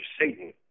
Satan